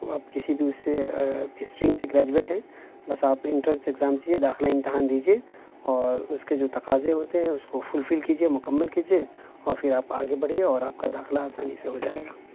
آپ کسی بھی اس سے اسٹریم سے گریجویٹ ہیں بس آپ انٹرنس ایگزام داخلہ امتحان دیجیے اور اس کے جو تقاضے ہوتے ہیں اس کو فل فل کیجیے مکمل کیجیے اور پھر آپ آگے بڑھیے اور آپ کا داخلہ آسانی سے ہو جائے گا